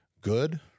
good